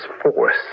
force